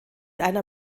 einer